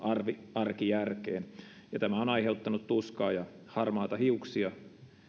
arkijärkeen ja tämä on aiheuttanut tuskaa ja harmaita hiuksia